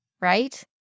right